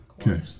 Okay